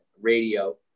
radio